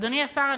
אדוני השר,